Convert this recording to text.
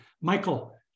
michael